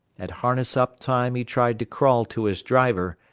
at harness-up time he tried to crawl to his driver.